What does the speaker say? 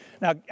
Now